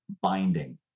binding